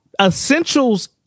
Essentials